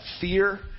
fear